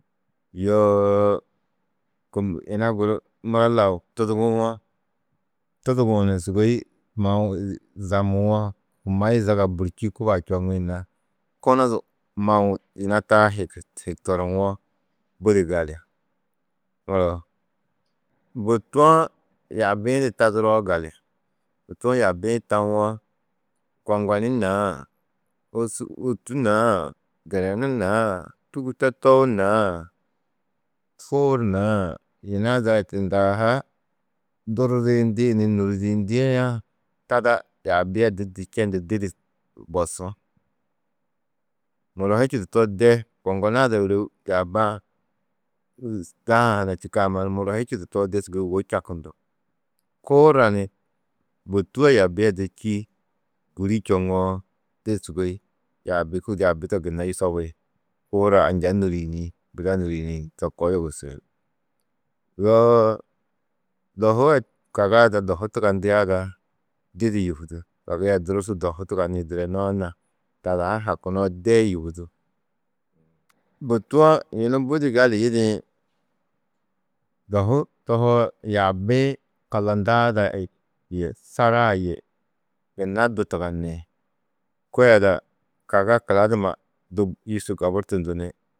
Yoo yina guru muro lau tuduguwo, tuduguũ sûgoi yamuwo, kumayi zaga bûrči kubaa čoŋĩ na kunu du mau yina taa hiktoruwo, budi gali. bôtu-ã yaabi-ĩ du taduroo gali, bôtu-ã yaabi-ĩ du tawo, koŋgoni naa, ôtu naa, direnu naa, tûgitotou naa, kuur naa, yina ada tunda durridiyindi ni nûridiyindiã tada yaabi adi čendu didi bosú. Muro hi čudurtoo de koŋgona ada ôro yaaba-ã daha-ã na ha čîkã muro hi čudurtoo de sûgoi wô čakundú. Kuur a ni bôtu a yaabi a di čî gûri čoŋoo, didi sûgoi yaabi to gunna yusobi. Kuur a anja nûriyinĩ, to koo yogusi. Yoo kaga ada dohu tugandia ada didi yûhudú. Kagi a durusu dohu tiganĩ direnu-ã na tada ha hakunoo de yûhudú, Bôtu-ã yunu budi gali yidĩ: Dohu tohoo, yaabi-ĩ kallandaa ada yê sara a yê gunna du tugani, kôe ada du kaga kuladuma du yîsu gaburtundu ni.